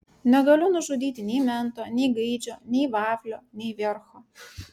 negaliu nužudyti nei mento nei gaidžio nei vaflio nei viercho